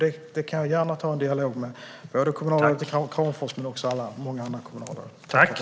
Jag kan gärna ta en dialog med både kommunalrådet i Kramfors och många andra kommunalråd om detta.